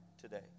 today